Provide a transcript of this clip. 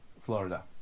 Florida